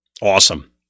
Awesome